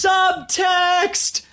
Subtext